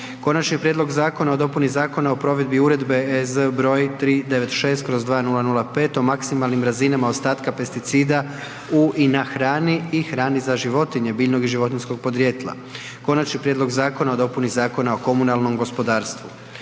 Konačni prijedlog Zakona o dopuni Zakona o provedbi Uredbe EZ broj 396/2005 o maksimalnim razinama ostatka pesticida u i na hrani i hrani za životinje biljnog i životinjskog podrijetla - Konačni prijedlog Zakona o dopuni Zakona o komunalnom gospodarstvu